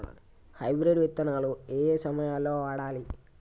Hybrid విత్తనాలు ఏయే సమయాల్లో వాడాలి?